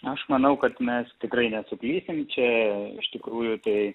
aš manau kad mes tikrai nesuklysim čia iš tikrųjų tai